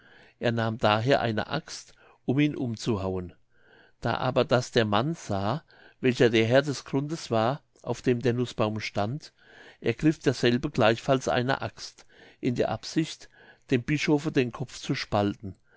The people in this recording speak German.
er nahm daher eine axt um ihn umzuhauen da aber das der mann sah welcher der herr des grundes war auf dem der nußbaum stand ergriff derselbe gleichfalls eine axt in der absicht dem bischofe den kopf zu spalten